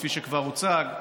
כפי שכבר הוצג,